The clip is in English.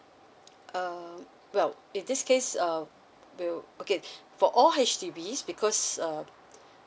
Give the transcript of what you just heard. err well in this case um we'll okay for all H_D_Bs because uh